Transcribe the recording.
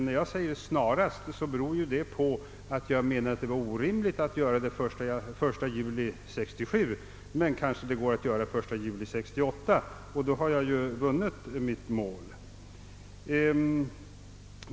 När jag säger snarast menar jag att det vore orimligt att genomföra det till den 1 juli 1967, men det kanske går att göra det till den 1 juli 1968, och då har jag vunnit mitt mål.